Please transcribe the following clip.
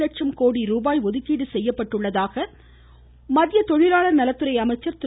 லட்சம் கோடி ரூபாய் ஒதுக்கீடு செய்துள்ளதாக மத்திய தொழிலாளர் நலத்துறை அமைச்சர் திரு